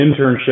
internship